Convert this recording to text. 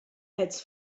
als